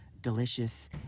delicious